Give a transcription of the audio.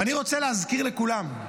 אני רוצה להזכיר לכולם,